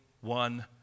one